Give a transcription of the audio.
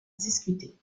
discutée